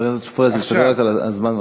חבר הכנסת פריג', תסתכל על הזמן בבקשה.